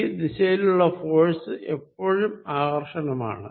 ഈ ദിശയിലുള്ള ഫോഴ്സ് എപ്പോഴും ആകർഷണമാണ്